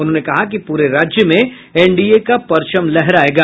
उन्होंने कहा कि पूरे राज्य में एनडीए का परचम लहरायेगा